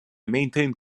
maintained